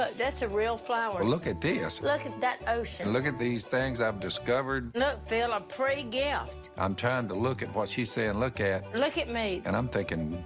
ah that's a real flower. look at this. look at that ocean. look at these things i've discovered. look, phil, a pretty gift. i'm trying to look at what she's saying, look at. look at me. and i'm thinking,